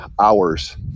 hours